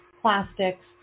plastics